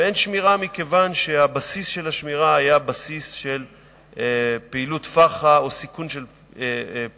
ואין שמירה מכיוון שהבסיס של השמירה היה בסיס של פח"ע או סיכון של פח"ע.